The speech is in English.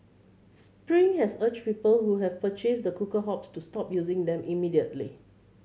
spring has urged people who have purchased the cooker hobs to stop using them immediately